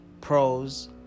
pros